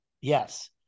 Yes